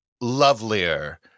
lovelier